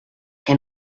che